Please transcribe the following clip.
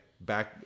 back